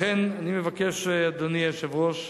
לכן אני מבקש, אדוני היושב-ראש,